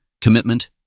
commitment